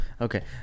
okay